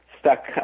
stuck